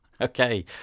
Okay